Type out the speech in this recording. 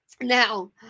Now